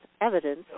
Evidence